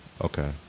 Okay